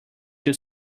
too